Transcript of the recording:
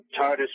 TARDIS